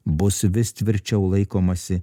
bus vis tvirčiau laikomasi